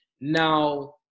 now